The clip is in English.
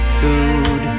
food